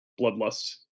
bloodlust